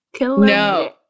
No